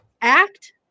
act